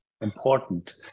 important